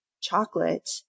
chocolate